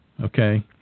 okay